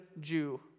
Jew